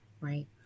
right